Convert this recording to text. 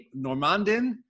Normandin